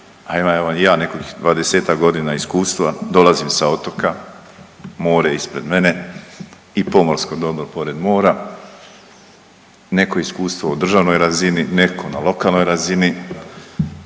i ja nekih 20-tak godina iskustva, dolazim sa otoka, more je ispred mene i pomorsko dobro pored mora, neko iskustvo u državnoj razini, neko na lokalnoj razini.